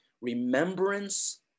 Remembrance